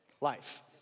life